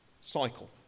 cycle